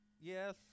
Yes